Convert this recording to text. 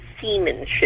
seamanship